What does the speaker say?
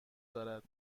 دارد